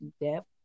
depth